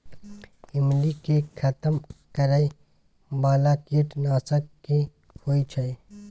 ईमली के खतम करैय बाला कीट नासक की होय छै?